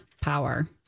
power